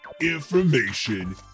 Information